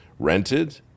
rented